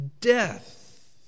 death